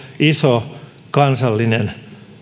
iso kansallinen